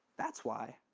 that's why,